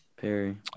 Perry